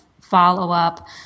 follow-up